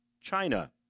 China